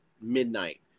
midnight